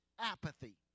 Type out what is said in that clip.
apathy